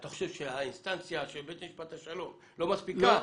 אתה חושב שהאינסטנציה של בית המשפט השלום לא מספיקה?